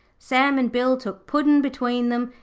sam and bill took puddin' between them,